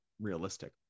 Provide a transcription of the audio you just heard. realistic